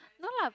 no lah